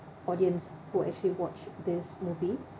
audience who actually watch this movie